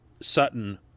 Sutton